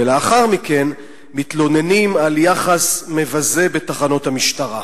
ולאחר מכן מתלוננים על יחס מבזה בתחנות המשטרה.